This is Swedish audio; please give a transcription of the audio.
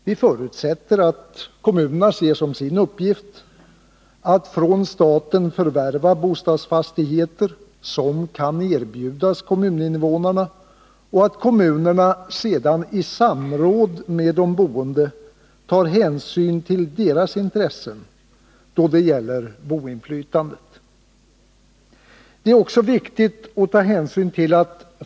Vi förutsätter att kommunerna ser som sin uppgift att från staten förvärva bostadsfastigheter som kan erbjudas kommuninnevånarna och att kommunerna sedan tar hänsyn till de boendes intressen då det gäller boinflytandet.